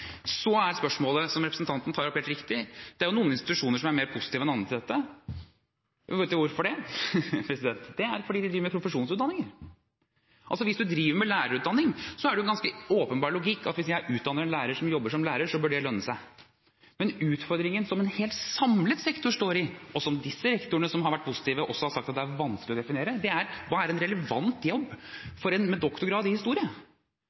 Spørsmålet som representanten tar opp, er helt riktig. Det er noen institusjoner som er mer positive enn andre til dette. Og hvorfor det? Det er fordi de driver med profesjonsutdanning. Altså, hvis man driver med lærerutdanning, er det ganske åpenbar logikk at hvis man utdanner en lærer som jobber som lærer, så bør det lønne seg. Men utfordringen som en hel, samlet sektor står i – og som disse rektorene som har vært positive, også har sagt er vanskelig å definere – er hva som er en relevant jobb for en med doktorgrad i historie.